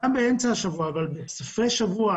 גם באמצע השבוע אבל בעיקר בסופי שבוע,